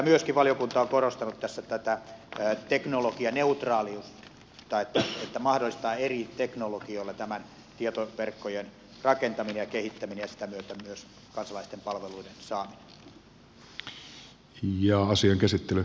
myöskin valiokunta on korostanut tässä tätä teknologianeutraaliutta että mahdollistetaan eri teknologioilla tietoverkkojen rakentaminen ja kehittäminen ja sitä myötä myös kansalaisten palveluiden saaminen